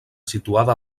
situada